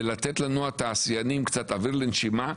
ולתת לנו התעשיינים קצת אוויר לנשימה,